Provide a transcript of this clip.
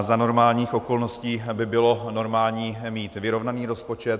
Za normálních okolností by bylo normální mít vyrovnaný rozpočet.